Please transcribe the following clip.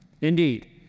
Indeed